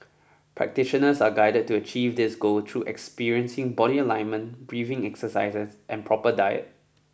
practitioners are guided to achieve this goal through experiencing body alignment breathing exercises and proper diet